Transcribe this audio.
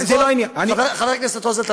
חבר הכנסת רוזנטל,